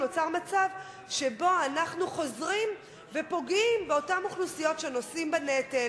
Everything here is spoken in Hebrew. נוצר מצב שבו אנחנו חוזרים ופוגעים באותן אוכלוסיות שנושאות בנטל,